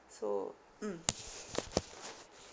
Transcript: so mm